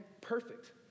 perfect